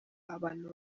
abantu